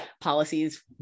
policies